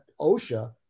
OSHA